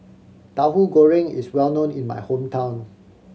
Tauhu Goreng is well known in my hometown